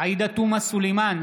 עאידה תומא סלימאן,